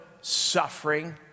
suffering